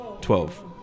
Twelve